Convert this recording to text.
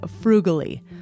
frugally